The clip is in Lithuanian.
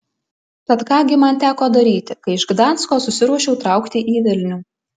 tad ką gi man teko daryti kai iš gdansko susiruošiau traukti į vilnių